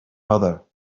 mother